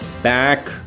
Back